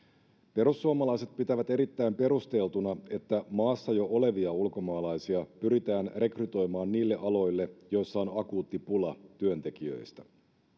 perussuomalaiset pitävät erittäin perusteltuna että maassa jo olevia ulkomaalaisia pyritään rekrytoimaan niille aloille joilla on akuutti pula työntekijöistä